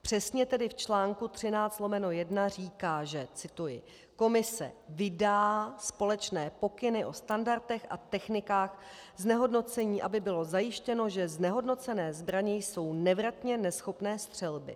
Přesně tedy v článku 13/1 říká cituji: Komise vydá společné pokyny o standardech a technikách znehodnocení, aby bylo zajištěno, že znehodnocené zbraně jsou nevratně neschopné střelby.